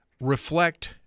reflect